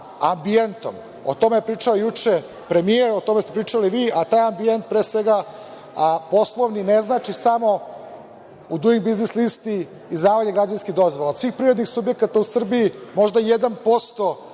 ambijentom, o tome je pričao juče premijer, o tome ste pričali i vi, a taj ambijent, pre svega poslovni, ne znači samo u duing biznis listi izdavanje građevinskih dozvola. Od svih privrednih subjekata u Srbiji, možda